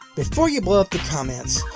before you blow up the comments,